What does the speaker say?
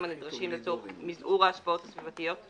הנדרשים לצורך מזעור ההשפעות הסביבתיות,